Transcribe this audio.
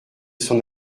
son